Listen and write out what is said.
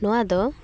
ᱱᱚᱣᱟ ᱫᱚ